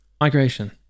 Migration